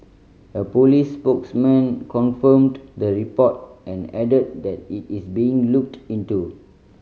a police spokesman confirmed the report and added that it is being looked into